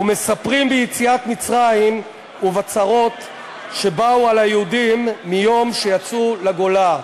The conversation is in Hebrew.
ומספרים ביציאת מצרים ובצרות שבאו על היהודים מיום שיצאו לגולה.